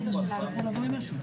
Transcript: אנחנו נעשה דבר כזה.